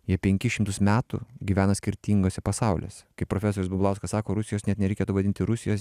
jie penkis šimtus metų gyvena skirtinguose pasauliuose kaip profesorius bumblauskas sako rusijos net nereikėtų vadinti rusijos